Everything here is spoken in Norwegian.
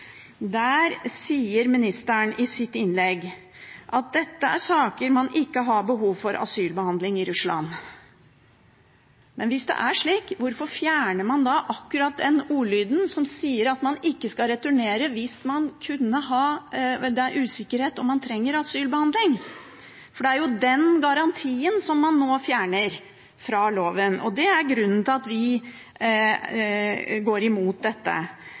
sier i sitt innlegg at dette er saker der man ikke har behov for asylbehandling i Russland. Men hvis det er slik, hvorfor fjerner man da akkurat den ordlyden som sier at man ikke skal returnere hvis det er usikkerhet om man trenger asylbehandling? Det er jo den garantien som man nå fjerner fra loven, og det er grunnen til at vi går imot dette.